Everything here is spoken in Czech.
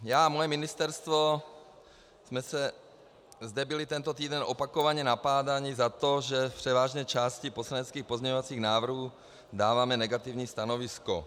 Já a moje ministerstvo jsme zde byli tento týden opakovaně napadáni za to, že v převážné části poslaneckých pozměňovacích návrhů dáváme negativní stanovisko.